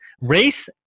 race